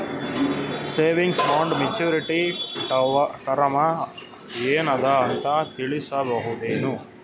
Savings bond maturity term ಏನ ಅದ ಅಂತ ತಿಳಸಬಹುದೇನು?